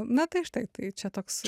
na tai štai tai čia toks